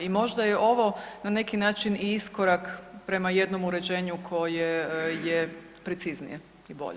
I možda je ovo na neki način i iskorak prema jednom uređenju koje je preciznije i bolje.